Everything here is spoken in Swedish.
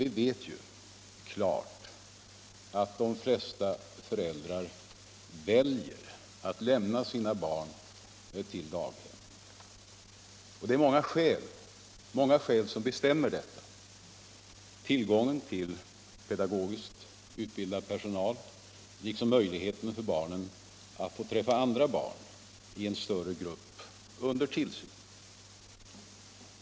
Vi vet att de flesta föräldrar väljer att lämna sina barn till daghem, och det är många skäl som avgör det — tillgång till pedagogiskt utbildad personal liksom möjlighet för barnen att få träffa andra barn i en större grupp under tillsyn.